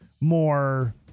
more